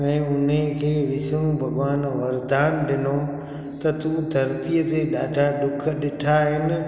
ऐं हुनखे विष्णु भॻवान वरदान ॾिनो त तूं धरतीअ ते ॾाढा ॾुख ॾिठा आहिनि